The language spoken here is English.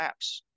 apps